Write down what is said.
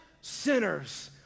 sinners